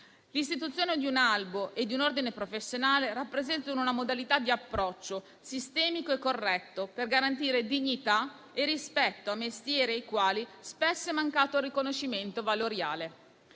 L'istituzione di un albo e di un ordine professionale rappresenta una modalità di approccio sistemico e corretto per garantire dignità e rispetto a mestieri ai quali spesso è mancato il riconoscimento valoriale.